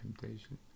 temptation